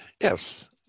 Yes